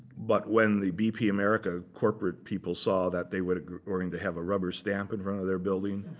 but when the bp america. corporate people saw that they were going to have a rubber stamp in front of their building,